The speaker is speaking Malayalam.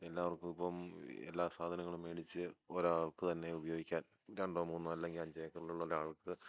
എല്ലാവർക്കും ഇപ്പം എല്ലാ സാധനങ്ങളും മേടിച്ച് ഒരാൾക്കുതന്നെ ഉപയോഗിക്കാൻ രണ്ടോ മൂന്നോ അല്ലെങ്കിൽ അഞ്ചേക്കറിലുള്ള ഒരാൾക്ക്